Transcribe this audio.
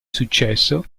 successo